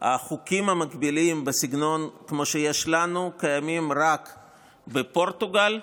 החוקים המגבילים בסגנון שיש לנו קיימים רק בפורטוגל,